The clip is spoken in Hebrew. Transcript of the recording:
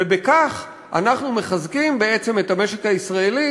ובכך אנחנו מחזקים בעצם את המשק הישראלי